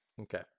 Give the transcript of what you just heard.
Okay